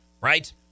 right